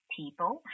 people